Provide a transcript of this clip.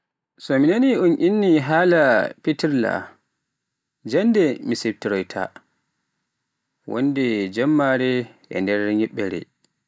So mi naani un inni haala pitirla, jannde mi siftoroyta, wonde jemmare, e nder niɓɓere.